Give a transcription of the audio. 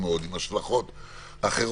עם השלכות אחרות.